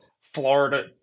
Florida